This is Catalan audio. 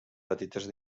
petites